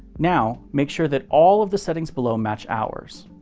now, make sure that all of the settings below match ours.